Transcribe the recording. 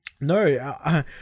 No